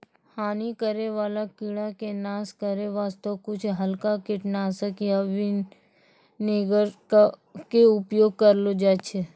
हानि करै वाला कीड़ा के नाश करै वास्तॅ कुछ हल्का कीटनाशक या विनेगर के उपयोग करलो जाय छै